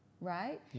right